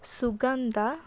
ಸುಗಂಧ